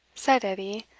said edie,